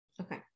Okay